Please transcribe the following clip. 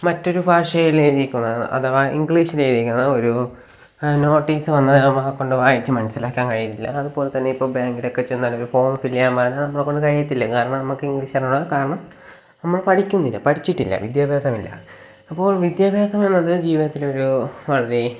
മറ്റൊരു ഭാഷയിലെഴുതിയേക്കുന്ന അഥവാ ഇംഗ്ലീഷിലെഴുതിയേക്കുന്ന ഒരു നോട്ടീസ് വന്നാല് നമ്മളെക്കൊണ്ട് വായിച്ച് മനസിലാക്കാന് കഴിയത്തില്ല അത്പോലെതന്നെ ഇപ്പോള് ബാങ്കിലൊക്കെ ചെന്നാല് ഒരു ഫോം ഫില്ല് ചെയ്യാന് പറഞ്ഞാല് നമ്മളെക്കൊണ്ട് കഴിയത്തില്ല കാരണം നമുക്കിംഗ്ലീഷ് അറിഞ്ഞൂടാ കാരണം നമ്മള് പഠിക്കുന്നില്ല പഠിച്ചിട്ടില്ല വിദ്യാഭ്യാസമില്ല അപ്പോള് വിദ്യാഭ്യാസം ഉള്ളത് ജീവിതത്തിലെ ഒരു വളരെ